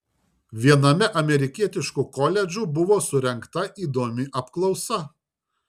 viename amerikietiškų koledžų buvo surengta įdomi apklausa